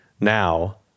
now